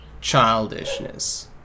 childishness